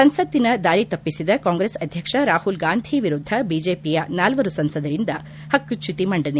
ಸಂಸತಿನ ದಾರಿ ತಪ್ಪಿಸಿದ ಕಾಂಗ್ರೆಸ್ ಅಧ್ಯಕ್ಷ ರಾಹುಲ್ಗಾಂಧಿ ವಿರುದ್ದ ಬಿಜೆಪಿಯ ನಾಲ್ವರು ಸಂಸದರಿಂದ ಪಕ್ಕುಚ್ಚುತಿ ಮಂಡನೆ